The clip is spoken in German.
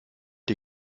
die